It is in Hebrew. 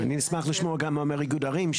אני אשמח לשמוע גם מה אומר איגוד ערים.